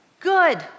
Good